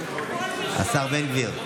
השר בן גביר,